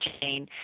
chain